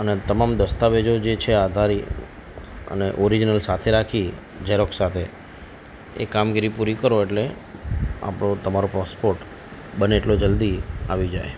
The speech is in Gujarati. અને તમામ દસ્તાવેજો જે છે આધારી અને ઓરીજનલ સાથે રાખી ઝેરોક્ષ સાથે એ કામગીરી પૂરી કરો એટલે આપણો તમારો પાસપોર્ટ બને એટલો જલ્દી આવી જાય